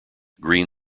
green